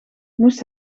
moest